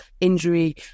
injury